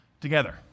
together